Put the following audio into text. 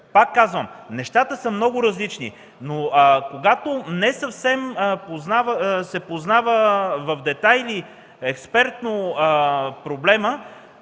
Пак казвам, нещата са много различни, но когато не се познава в детайли, експертно проблемът,